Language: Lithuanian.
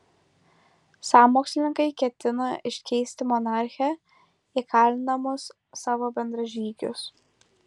sąmokslininkai ketino iškeisti monarchę į kalinamus savo bendražygius